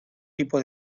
tipo